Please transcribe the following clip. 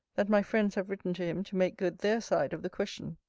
that my friends have written to him to make good their side of the question.